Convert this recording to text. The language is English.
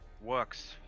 works